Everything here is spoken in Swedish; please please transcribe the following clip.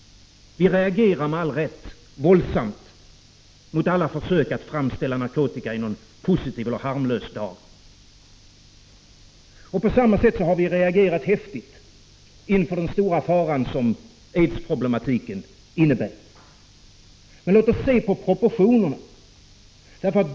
Vi reagerar med all rätt våldsamt mot alla försök att framställa narkotika i någon positiv eller harmlös dager. På samma sätt har vi reagerat häftigt inför den stora fara som aidsproblematiken innebär. Men låt oss se på proportionerna!